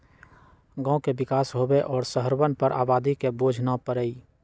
गांव के विकास होवे और शहरवन पर आबादी के बोझ न पड़ई